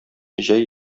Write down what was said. җәй